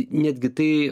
netgi tai